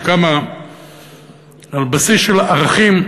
שקמה על בסיס של ערכים,